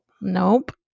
Nope